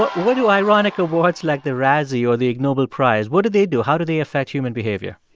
but what do ironic awards like the razzie or the ig nobel prize, what do they do? how do they affect human behavior?